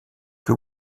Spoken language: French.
que